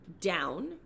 down